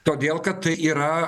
todėl kad tai yra